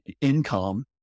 income